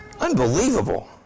Unbelievable